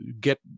get